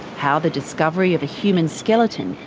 how the discovery of a human skeleton,